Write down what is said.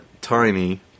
tiny